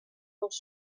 dels